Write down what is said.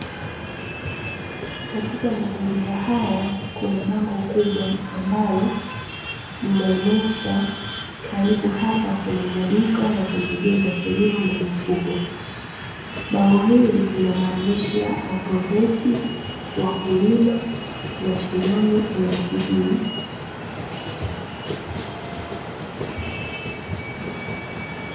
Katika mazingira haya, kuna bango kubwa ambalo linaonesha, karibu hapa kuna maduka ya pembejeo za kilimo na mifugo. Bango hili lina maandishi ya "Agroveti Wakulima Mashinani Ltd".